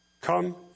Come